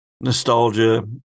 nostalgia